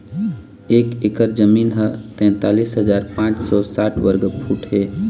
एक एकर जमीन ह तैंतालिस हजार पांच सौ साठ वर्ग फुट हे